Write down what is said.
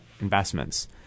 investments